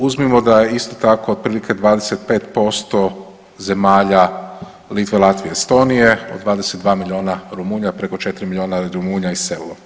Uzmimo da isto tako otprilike 25% zemalja Litve, Latvije, Estonije od 22 miliona Rumunja preko 4 miliona Rumunja iselilo.